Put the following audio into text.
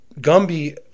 Gumby